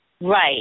Right